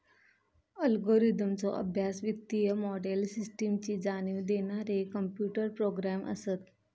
अल्गोरिदमचो अभ्यास, वित्तीय मोडेल, सिस्टमची जाणीव देणारे कॉम्प्युटर प्रोग्रॅम असत